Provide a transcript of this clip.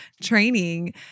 training